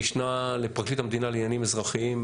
המשנה לפרקליט המדינה לעניינים אזרחיים,